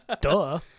Duh